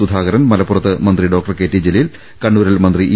സുധാകരൻ മലപ്പുറത്ത് മന്ത്രി doctor K T Jaleel കണ്ണൂരിൽ മന്ത്രി ഇ